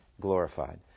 glorified